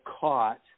caught